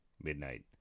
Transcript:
midnight